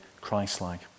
Christ-like